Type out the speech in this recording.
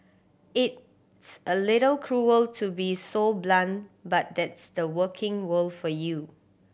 it's a little cruel to be so blunt but that's the working world for you